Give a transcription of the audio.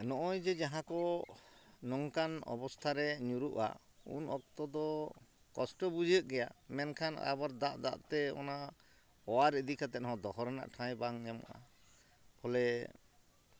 ᱱᱚᱜᱼᱚᱸᱭ ᱡᱮ ᱡᱟᱦᱟᱸᱠᱚ ᱱᱚᱝᱠᱟᱱ ᱚᱵᱚᱥᱛᱷᱟᱨᱮ ᱧᱩᱨᱩᱜᱼᱟ ᱩᱱᱚᱠᱛᱚ ᱫᱚ ᱠᱚᱥᱴᱚ ᱵᱩᱡᱷᱟᱹᱜ ᱜᱮᱭᱟ ᱢᱮᱱᱠᱷᱟᱱ ᱟᱵᱟᱨ ᱫᱟᱜ ᱫᱟᱜᱛᱮ ᱚᱱᱟ ᱚᱣᱟᱨ ᱤᱫᱤ ᱟᱛᱮᱫ ᱦᱚᱸ ᱫᱚᱦᱚ ᱨᱮᱱᱟᱜ ᱴᱷᱟᱸᱭ ᱵᱟᱝ ᱧᱟᱢᱚᱜᱼᱟ ᱵᱚᱞᱮ